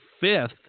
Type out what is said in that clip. fifth